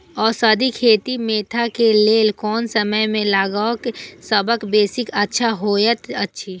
औषधि खेती मेंथा के लेल कोन समय में लगवाक सबसँ बेसी अच्छा होयत अछि?